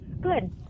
Good